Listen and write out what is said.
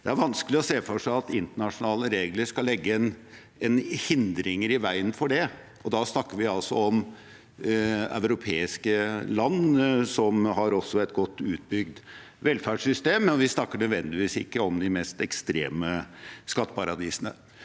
Det er vanskelig å se for seg at internasjonale regler skal legge hindringer i veien for det, og da snakker vi altså om europeiske land som også har et godt utbygd velferdssystem, og vi snakker ikke nødvendigvis om de mest ekstreme skatteparadisene.